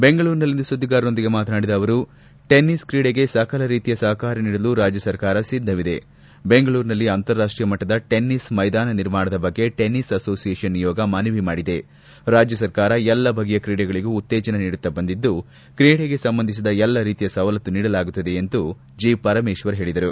ಬೆಂಗಳೂರಿನಲ್ಲಿಂದು ಸುದ್ದಿಗಾರರೊಂದಿಗೆ ಮಾತನಾಡಿದ ಅವರು ಟೆನ್ನಿಸ್ ಕ್ರೀಡೆಗೆ ಸಕಲ ರೀತಿಯ ಸಹಕಾರ ನೀಡಲು ರಾಜ್ಯ ಸರ್ಕಾರ ಸಿದ್ದವಿದೆ ಬೆಂಗಳೂರಿನಲ್ಲಿ ಅಂತಾರಾಷ್ಷೀಯ ಮಟ್ಟದ ಟೆನ್ನಿಸ್ ಮೈದಾನ ನಿರ್ಮಾಣದ ಬಗ್ಗೆ ಟೆನಿಸ್ ಅಸೋಷಿಯೇಷನ್ ನಿಯೋಗ ಮನವಿ ಮಾಡಿದೆ ರಾಜ್ಯ ಸರ್ಕಾರ ಎಲ್ಲ ಬಗೆಯ ಕ್ರೀಡೆಗಳಗೂ ಉತ್ತೇಜನ ನೀಡುತ್ತಾ ಬಂದಿದ್ದು ಕ್ರೀಡೆಗೆ ಸಂಬಂಧಿಸಿದ ಎಲ್ಲ ರೀತಿಯ ಸವಲತ್ತು ನೀಡಲಾಗುತ್ತಿದೆ ಎಂದು ತಿಳಸಿದರು